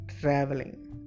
traveling